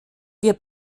wir